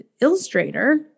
illustrator